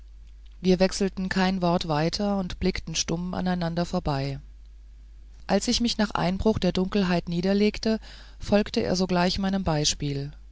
wir wechselten kein wort weiter und blickten stumm aneinander vorbei als ich mich nach einbruch der dunkelheit niederlegte folgte er sogleich meinem beispiel